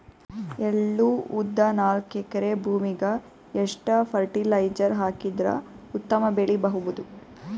ಎಳ್ಳು, ಉದ್ದ ನಾಲ್ಕಎಕರೆ ಭೂಮಿಗ ಎಷ್ಟ ಫರಟಿಲೈಜರ ಹಾಕಿದರ ಉತ್ತಮ ಬೆಳಿ ಬಹುದು?